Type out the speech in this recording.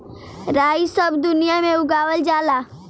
राई सब दुनिया में उगावल जाला